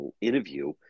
interview